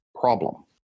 problem